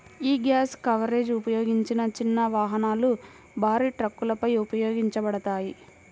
యీ gap coverage ఉపయోగించిన చిన్న వాహనాలు, భారీ ట్రక్కులపై ఉపయోగించబడతది